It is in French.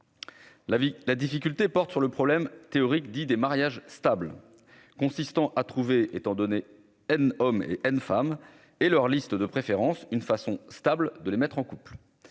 la difficulté porte sur le problème théorique, dit des mariages stable consistant à trouver étant donné, N O mais femmes et leur liste de préférence une façon stable, de les mettre en couple,